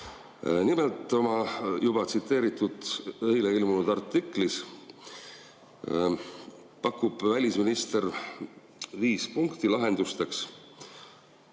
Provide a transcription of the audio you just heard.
Nimelt selles juba tsiteeritud, eile ilmunud artiklis pakub välisminister viis punkti lahenduseks.